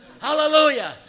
Hallelujah